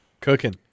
Cooking